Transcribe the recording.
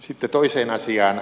sitten toiseen asiaan